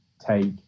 take